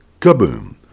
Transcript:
Kaboom